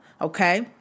Okay